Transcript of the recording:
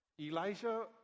Elijah